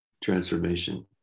transformation